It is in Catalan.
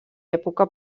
època